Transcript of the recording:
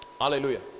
Hallelujah